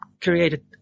created